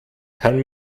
kann